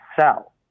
cell